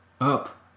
up